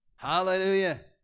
Hallelujah